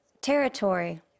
territory